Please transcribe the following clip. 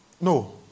no